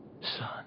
Son